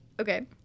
Okay